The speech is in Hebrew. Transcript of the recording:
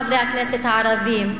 חברי הכנסת הערבים,